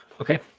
Okay